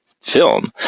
film